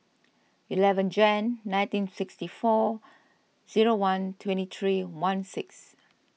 eleven Jan nineteen sixty four zero one twenty three one six